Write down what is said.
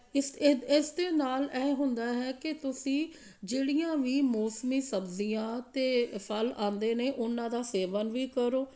ਇਸ ਇਹ ਇਸ ਦੇ ਨਾਲ ਇਹ ਹੁੰਦਾ ਹੈ ਕਿ ਤੁਸੀਂ ਜਿਹੜੀਆਂ ਵੀ ਮੌਸਮੀ ਸਬਜ਼ੀਆਂ ਅਤੇ ਫਲ ਆਉਂਦੇ ਨੇ ਉਹਨਾਂ ਦਾ ਸੇਵਨ ਵੀ ਕਰੋ